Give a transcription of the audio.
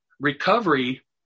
Recovery